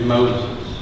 Moses